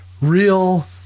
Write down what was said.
real